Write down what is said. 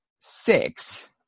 six